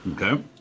Okay